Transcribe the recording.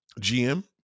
GM